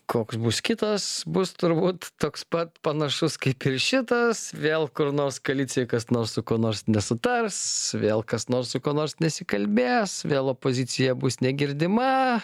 koks bus kitas bus turbūt toks pat panašus kaip ir šitas vėl kur nors koalicijoj kas nors su kuo nors nesutars vėl kas nors su kuo nors nesikalbės vėl opozicija bus negirdima